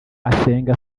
asenga